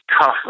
tough